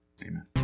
amen